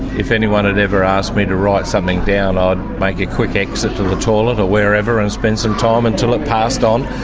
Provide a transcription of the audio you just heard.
if anyone had ever asked me to write something down, i'd make a quick exit to the toilet or wherever and spend some time until it passed on.